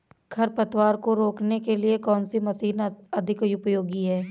खरपतवार को रोकने के लिए कौन सी मशीन अधिक उपयोगी है?